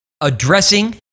Addressing